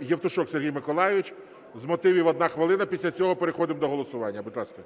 Євтушок Сергій Миколайович – з мотивів 1 хвилина. Після цього переходимо до голосування. Будь ласка.